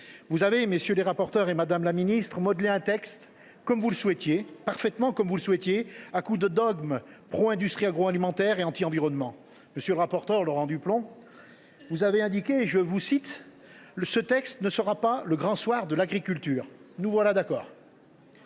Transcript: Vous avez, messieurs les rapporteurs, madame la ministre, modelé un texte parfaitement comme vous le souhaitiez à coups de dogmes pro industrie agroalimentaire et anti environnement. Monsieur le rapporteur Laurent Duplomb, vous avez indiqué que ce texte ne serait pas le Grand Soir de l’agriculture. Nous voilà d’accord